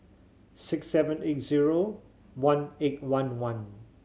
six seven eight zero one eight one one